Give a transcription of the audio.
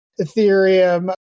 Ethereum